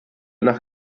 nach